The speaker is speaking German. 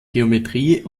geometrie